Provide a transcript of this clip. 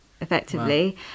effectively